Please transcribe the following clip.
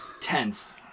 tense